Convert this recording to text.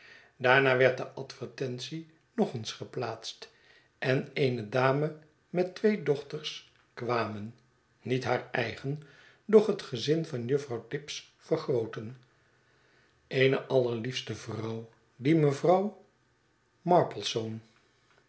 daarna werd de advertentie nog eens geplaatst en een dame met twee dochters kwamen niet haar eigen doch het gezin van juffrouw tibbs vergrooten een allerliefste vrouw die mevrouw